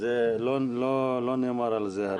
לא נאמר על זה הרבה.